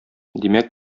димәк